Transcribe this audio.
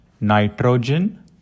nitrogen